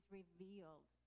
revealed